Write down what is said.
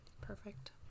Perfect